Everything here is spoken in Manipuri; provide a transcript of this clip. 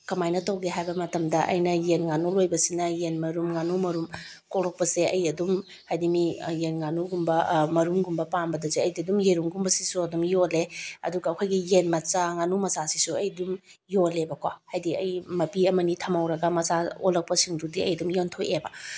ꯀꯃꯥꯏꯅ ꯇꯧꯒꯦ ꯍꯥꯏꯕ ꯃꯇꯝꯗ ꯑꯩꯅ ꯌꯦꯟ ꯉꯥꯅꯨ ꯂꯣꯏꯕꯁꯤꯅ ꯌꯦꯟ ꯃꯔꯨꯝ ꯉꯥꯅꯨ ꯃꯔꯨꯝ ꯀꯣꯛꯂꯛꯄꯁꯦ ꯑꯩ ꯑꯗꯨꯝ ꯍꯥꯏꯗꯤ ꯃꯤ ꯌꯦꯟ ꯉꯥꯅꯨꯒꯨꯝꯕ ꯃꯔꯨꯝꯒꯨꯝꯕ ꯄꯥꯝꯕꯗꯁꯨ ꯑꯩꯗꯤ ꯑꯗꯨꯝ ꯌꯦꯔꯨꯝꯒꯨꯝꯕꯁꯤꯁꯨ ꯑꯗꯨꯝ ꯌꯣꯜꯂꯦ ꯑꯗꯨꯒ ꯑꯩꯈꯣꯏꯒꯤ ꯌꯦꯟ ꯃꯆꯥ ꯉꯥꯅꯨ ꯃꯆꯥꯁꯤꯁꯨ ꯑꯩ ꯑꯗꯨꯝ ꯌꯣꯜꯂꯦꯕꯀꯣ ꯍꯥꯏꯗꯤ ꯑꯩ ꯃꯄꯤ ꯑꯃꯅꯤ ꯊꯝꯍꯧꯔꯒ ꯃꯆꯥ ꯑꯣꯜꯂꯛꯄꯁꯤꯡꯗꯨꯗꯤ ꯑꯩ ꯑꯗꯨꯝ ꯌꯣꯟꯊꯣꯛꯑꯦꯕ